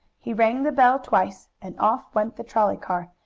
he rang the bell twice, and off went the trolley car,